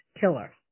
killer